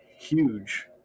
huge